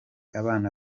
abana